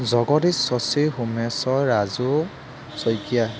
Jagdish Sachi Someswar Raju Saikia